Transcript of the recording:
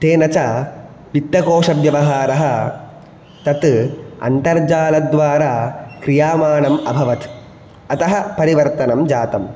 तेन च वित्तकोषव्यवहारः तत् अन्तर्जालद्वारा क्रियामाणम् अभवत् अतः परिवर्तनं जातम्